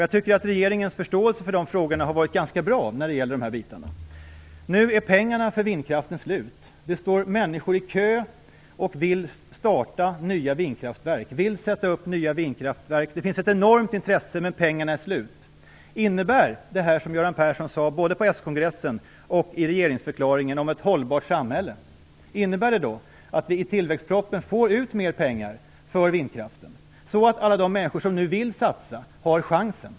Jag tycker att regeringens förståelse för de frågorna har varit ganska bra. Nu är pengarna för vindkraften slut. Det står människor i kö som vill sätta upp nya vindkraftverk. Det finns ett enormt intresse, men pengarna är slut. Innebär det Göran Persson sade både på s-kongressen och i regeringsförklaringen om ett hållbart samhälle att det i tillväxtpropositionen blir mer pengar för vindkraften så att alla de människor som nu vill satsa har chansen?